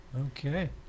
Okay